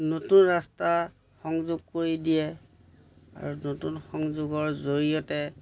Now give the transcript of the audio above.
নতুন ৰাস্তা সংযোগ কৰি দিয়ে আৰু নতুন সংযোগৰ জৰিয়তে